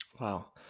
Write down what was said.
Wow